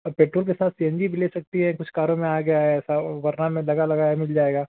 और पेट्रोल के साथ सी एन जी भी ले सकती हैं कुछ कारों में आ गया है ऐसा वरना में लगा लगाया मिल जाएगा